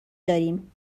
داریم